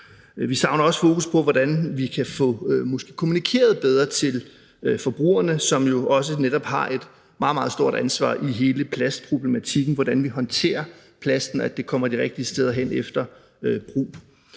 Vi savner også fokus på, hvordan vi måske kan få kommunikeret bedre til forbrugerne, som jo netop også har et meget, meget stort ansvar i hele plastproblematikken, altså hvordan vi håndterer plasten, så den kommer de rigtige steder hen efter brug.